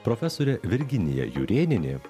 profesorė virginija jurėnienė